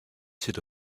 sit